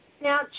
Now